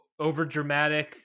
overdramatic